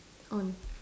on